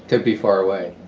could be far away,